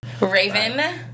Raven